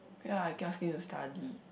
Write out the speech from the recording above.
ya I keep asking you to study